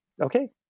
okay